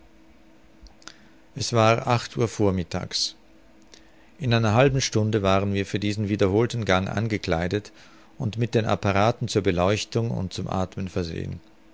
es war acht uhr vormittags in einer halben stunde waren wir für diesen wiederholten gang angekleidet und mit den apparaten zur beleuchtung und zum athmen versehen